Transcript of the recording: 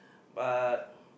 but